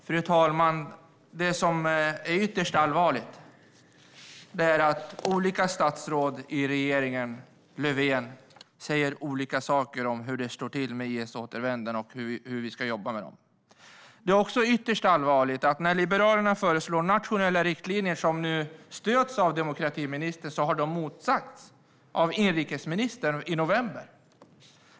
Fru talman! Det är ytterst allvarligt att olika statsråd i regeringen Löfven säger olika saker om hur det står till med IS-återvändarna och hur vi ska jobba med dem. Det är också ytterst allvarligt att inrikesministern i november motsatte sig de nationella riktlinjer som Liberalerna har föreslagit och som stöds av demokratiministern.